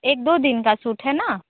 एक दो दिन का सूट है ना